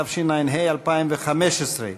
התשע"ה 2015,